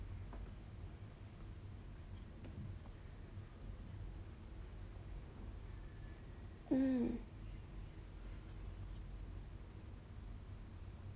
mm